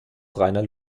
reiner